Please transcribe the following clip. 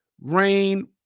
rain